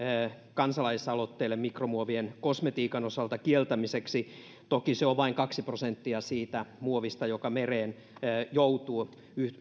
kansalaisaloitteelle mikromuovien kieltämiseksi kosmetiikan osalta toki se on vain kaksi prosenttia siitä muovista joka mereen joutuu